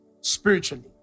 spiritually